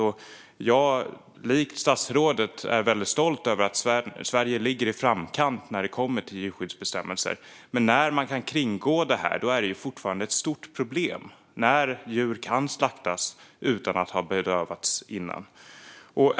I likhet med statsrådet är jag väldigt stolt över att Sverige ligger i framkant när det gäller djurskyddsbestämmelser, men när man kan kringgå dem är det fortfarande ett stort problem. Djur kan slaktas utan att ha bedövats innan.